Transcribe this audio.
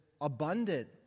abundant